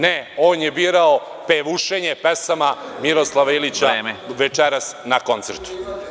Ne, on je birao pevušenje pesama Miroslava Ilića, večeras na koncertu.